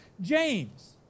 James